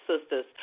Sisters